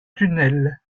tunnel